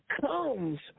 comes